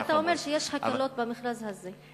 אבל אתה אומר שיש הקלות במכרז הזה.